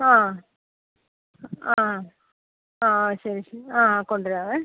ആ ആ ആ ശരി ശരി ആ കൊണ്ടുവരാവേ